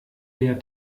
der